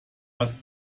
hast